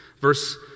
Verse